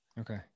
Okay